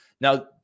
Now